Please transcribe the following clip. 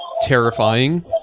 terrifying